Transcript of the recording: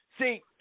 See